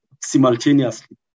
simultaneously